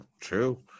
true